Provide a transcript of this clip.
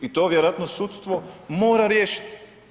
I to vjerojatno sudstvo mora riješiti.